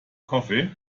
coffee